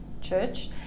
church